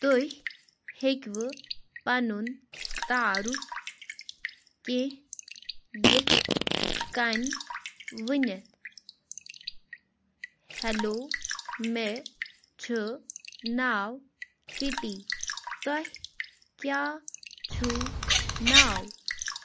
تُہۍ ہیٚکوٕ پَنُن تعارُف کینٛہہ یِتھ کَنۍ ؤنِتھ ہیلو مےٚ چھُ ناو کِٹی تۄہہِ کیٛاہ چھُو ناو